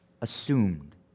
assumed